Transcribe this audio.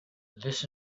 this